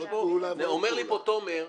אומר לי פה תומר,